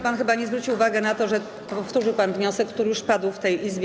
Pan chyba nie zwrócił uwagi na to, że powtórzył pan wniosek, który już padł w tej Izbie.